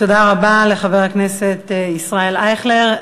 תודה רבה לחבר הכנסת ישראל אייכלר.